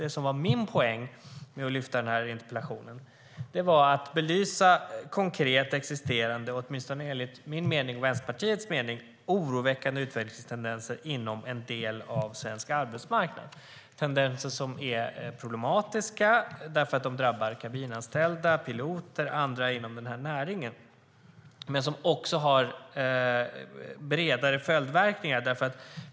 Det som var min poäng med att ställa interpellationen var att belysa konkreta och existerande, åtminstone enligt min och Vänsterpartiets mening, oroväckande utvecklingstendenser inom en del av den svenska arbetsmarknaden. Det är tendenser som är problematiska, för de drabbar kabinanställda, piloter och andra inom den här näringen. Men de har också bredare följdverkningar.